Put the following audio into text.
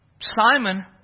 Simon